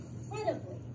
incredibly